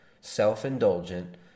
Self-indulgent